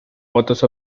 votos